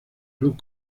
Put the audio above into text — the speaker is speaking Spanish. club